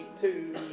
two